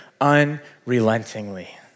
unrelentingly